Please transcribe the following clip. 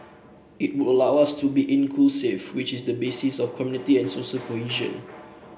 it would allow us to be inclusive which is the basis of community and social cohesion